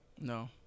No